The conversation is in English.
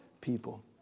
people